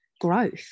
Growth